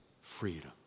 freedom